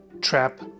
trap